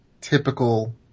typical